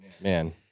Man